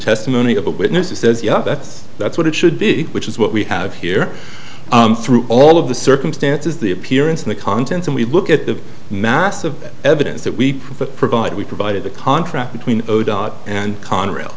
testimony of a witness who says yeah that's that's what it should be which is what we have here through all of the circumstances the appearance of the contents and we look at the mass of evidence that we provide we provided the contract between dot and conrail